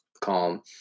calm